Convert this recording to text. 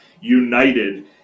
united